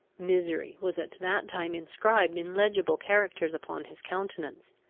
misery was at that time inscribed in legible characters upon his countenance.